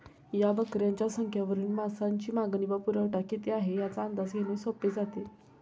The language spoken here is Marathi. या बकऱ्यांच्या संख्येवरून मांसाची मागणी व पुरवठा किती आहे, याचा अंदाज घेणे सोपे जाते